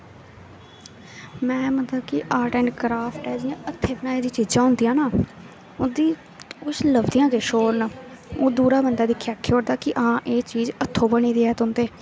में मतलब कि आर्ट एंड क्राफ्ट ऐ जियां हत्थें बनाई दियां चीजां होंदियां ना उं'दी कुछ लभदियां किश होर न ओह् दूरों बंदा दिक्खियै आक्खी ओड़दा कि हां एह् चीज हत्थों बनी दी ऐ